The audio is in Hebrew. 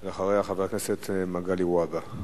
ואחריה, חבר הכנסת מגלי והבה.